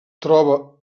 troba